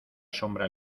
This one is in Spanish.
sombra